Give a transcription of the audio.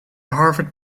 harvard